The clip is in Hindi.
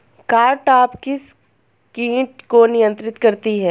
कारटाप किस किट को नियंत्रित करती है?